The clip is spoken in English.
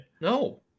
No